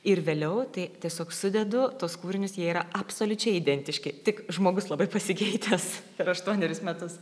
ir vėliau tai tiesiog sudedu tuos kūrinius jie yra absoliučiai identiški tik žmogus labai pasikeitęs per aštuonerius metus